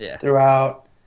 throughout